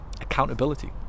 Accountability